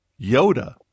Yoda